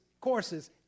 courses